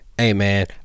Amen